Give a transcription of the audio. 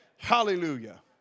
Hallelujah